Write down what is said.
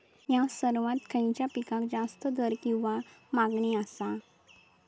हया वर्सात खइच्या पिकाक जास्त दर किंवा मागणी आसा?